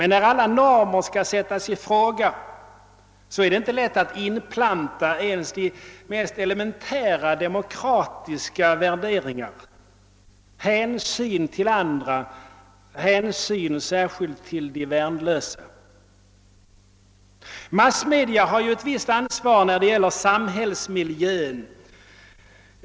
När alla normer skall sättas i fråga är det emellertid inte lätt att inplanta ens de mest elementära demokratiska värderingar — hänsyn till andra, hänsyn särskilt till de värnlösa. Massmedia har ett visst ansvar när det gäller samhällsmiljön.